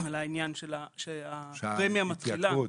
העניין שהפרמיה מתחילה.